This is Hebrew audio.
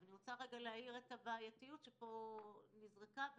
אבל אני רוצה להאיר את הבעייתיות שפה נזרקה,